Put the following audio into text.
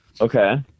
Okay